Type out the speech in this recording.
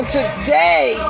today